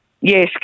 Yes